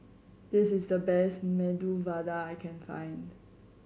this is the best Medu Vada I can find